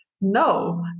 No